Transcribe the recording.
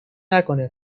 نکنه